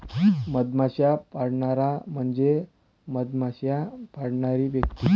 मधमाश्या पाळणारा म्हणजे मधमाश्या पाळणारी व्यक्ती